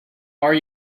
are